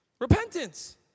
Repentance